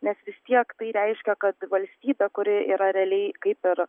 nes vis tiek tai reiškia kad valstybė kuri yra realiai kaip ir